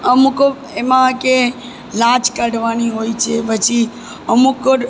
અમુક એમાં કે લાજ કાઢવાની હોય છે પછી અમુક